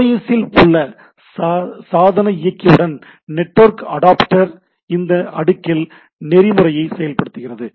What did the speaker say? OS இல் உள்ள சாதன இயக்கியுடன் நெட்வொர்க் அடாப்டர் இந்த அடுக்கில் நெறிமுறையை செயல்படுத்துகிறது